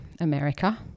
America